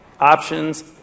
Options